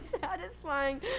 satisfying